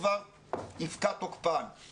יפקע תוקפן של התקנות,